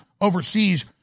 overseas